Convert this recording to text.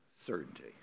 Certainty